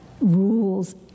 rules